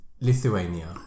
Lithuania